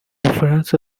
ubufaransa